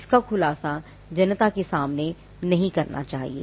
इसका खुलासा जनता के सामने नहीं करना चाहिए